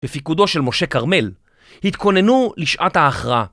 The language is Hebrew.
בפיקודו של משה כרמל התכוננו לשעת ההכרעה.